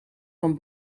van